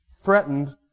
threatened